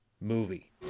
movie